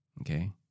Okay